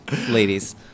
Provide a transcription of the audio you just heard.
ladies